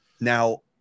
Now